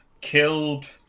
killed